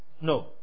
No